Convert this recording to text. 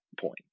point